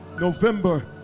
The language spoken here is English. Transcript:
November